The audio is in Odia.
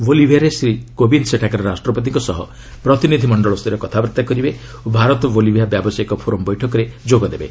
ବୋଲିଭିଆରେ ଶ୍ରୀ କୋବିନ୍ଦ୍ ସେଠାକାର ରାଷ୍ଟ୍ରପତିଙ୍କ ସହ ପ୍ରତିନିଧିମଣ୍ଡଳସ୍ତରୀୟ କଥାବାର୍ତ୍ତା କରିବେ ଓ ଭାରତ ବୋଲିଭିଆ ବ୍ୟାବସାୟିକ ଫୋରମ୍ ବୈଠକରେ ଯୋଗଦେବେ